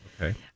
Okay